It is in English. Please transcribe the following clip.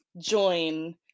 join